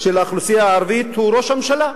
של האוכלוסייה הערבית הוא ראש הממשלה,